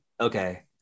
Okay